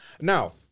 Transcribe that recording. Now